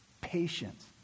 Patience